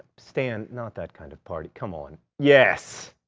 stan, not that kind of party, come on yes,